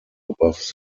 above